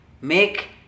make